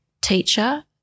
teacher